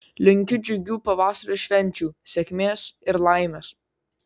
linkiu džiugių pavasario švenčių sėkmės ir laimės